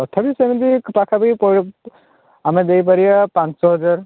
ତଥାପି ସେମିତି ପାଖାପାଖି ଆମେ ଦେଇପାରିବା ପାଞ୍ଚ ହଜାର